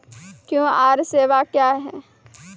QR सेवा क्या हैं?